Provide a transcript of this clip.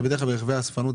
זה בדרך כלל ברכבי אספנות,